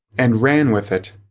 and ran with it.